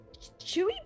chewy